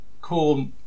cool